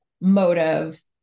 motive